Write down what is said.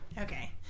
Okay